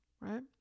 right